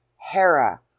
Hera